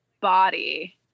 body